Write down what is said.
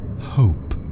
hope